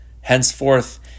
Henceforth